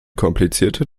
komplizierter